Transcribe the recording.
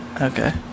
Okay